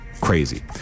Crazy